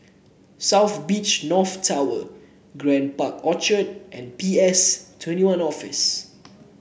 South Beach North Tower Grand Park Orchard and P S Twenty One Office